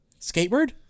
Skateboard